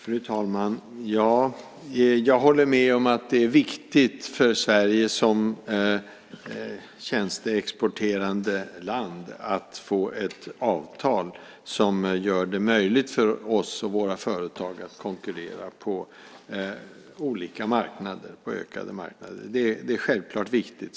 Fru talman! Jag håller med om att det är viktigt för Sverige som tjänsteexporterande land att få ett avtal som gör det möjligt för oss och våra företag att konkurrera på ökade marknader.